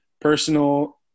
personal